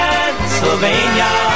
Pennsylvania